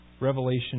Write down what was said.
revelation